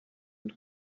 und